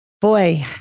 boy